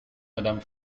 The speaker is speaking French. madame